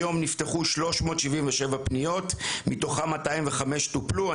היום נפתחו 377 פניות, מתוכם 205 טופלו.